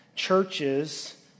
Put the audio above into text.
churches